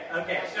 okay